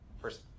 first